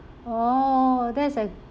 oh that's a